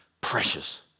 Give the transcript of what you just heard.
precious